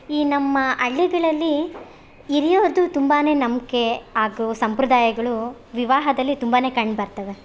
ಈ ನಮ್ಮ ಹಳ್ಳಿಗಳಲ್ಲೀ ಹಿರಿಯವ್ರ್ದು ತುಂಬಾ ನಂಬಿಕೆ ಹಾಗು ಸಂಪ್ರದಾಯಗಳು ವಿವಾಹದಲ್ಲಿ ತುಂಬಾ ಕಂಡು ಬರ್ತವೆ